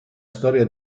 storia